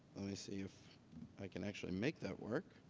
let me see if i can actually make that work.